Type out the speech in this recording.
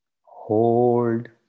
Hold